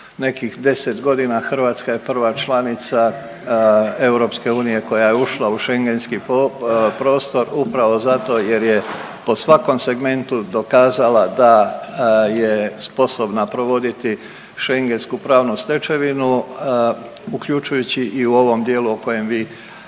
nekih 10 godina Hrvatska je prva članica EU koja je ušla u Schengenski prostor upravo zato jer je po svakom segmentu dokazala da je sposobna provoditi Schengensku pravnu stečevinu uključujući i u ovom dijelu o kojem vi